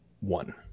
one